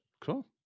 cool